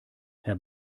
herr